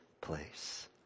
place